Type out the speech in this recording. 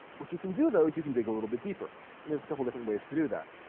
what you can do though is you can dig a little bit deeper there's a couple different ways to do that